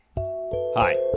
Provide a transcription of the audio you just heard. Hi